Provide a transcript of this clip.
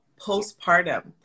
postpartum